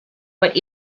but